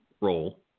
role